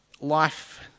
life